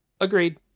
Agreed